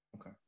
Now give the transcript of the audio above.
okay